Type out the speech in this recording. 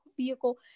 vehicle